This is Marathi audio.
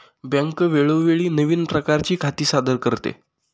बँक वेळोवेळी नवीन प्रकारची खाती सादर करते